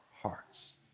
hearts